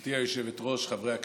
גברתי היושבת-ראש, חברי הכנסת,